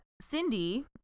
Cindy